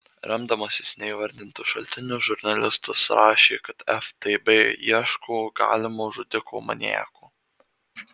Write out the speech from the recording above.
remdamasis neįvardytu šaltiniu žurnalistas rašė kad ftb ieško galimo žudiko maniako